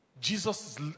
Jesus